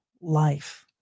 life